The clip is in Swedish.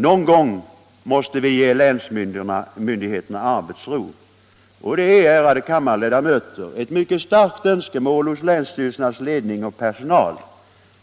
Någon gång måste vi ge länsmyndigheterna arbetsro — detta är, ärade kammarledamöter, ett mycket starkt önskemål hos länsstyrelsernas ledning och personal.